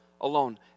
alone